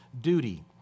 duty